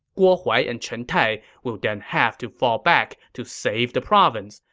guo huai and chen tai will then have to fall back to save the province,